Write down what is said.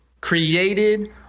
created